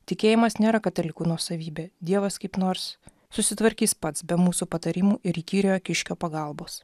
tikėjimas nėra katalikų nuosavybė dievas kaip nors susitvarkys pats be mūsų patarimų ir įkyriojo kiškio pagalbos